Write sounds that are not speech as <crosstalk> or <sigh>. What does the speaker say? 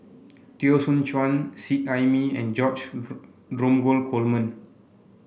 Teo Soon Chuan Seet Ai Mee and George <unintelligible> Dromgold Coleman